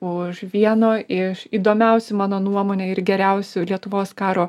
už vieno iš įdomiausių mano nuomone ir geriausių lietuvos karo